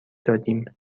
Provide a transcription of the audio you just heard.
دادیم